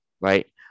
Right